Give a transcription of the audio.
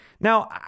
Now